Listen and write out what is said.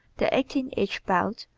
the eighteen-inch belt,